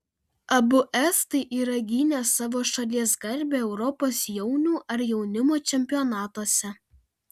abu estai yra gynę savo šalies garbę europos jaunių ar jaunimo čempionatuose